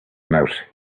mouth